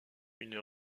une